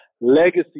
legacy